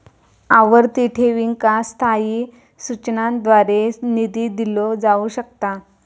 आवर्ती ठेवींका स्थायी सूचनांद्वारे निधी दिलो जाऊ शकता